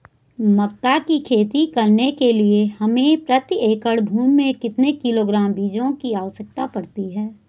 मक्का की खेती करने के लिए हमें प्रति एकड़ भूमि में कितने किलोग्राम बीजों की आवश्यकता पड़ती है?